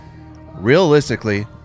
realistically